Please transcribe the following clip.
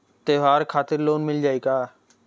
त्योहार खातिर लोन मिल जाई का?